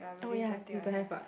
oh ya you don't have ah